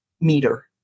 meter